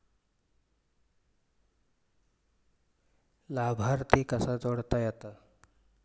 लाभार्थी कसा जोडता येता?